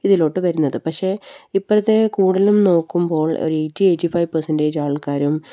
ഇതിലേക്ക് വരുന്നത് പക്ഷെ ഇപ്പോഴത്തെ കൂടുതലും നോക്കുമ്പോൾ ഒരു എയ്റ്റി എയ്റ്റി ഫൈവ് പെർസെൻറ്റേജ് ആൾക്കാരും